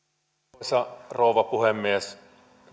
arvoisa rouva puhemies